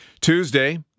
Tuesday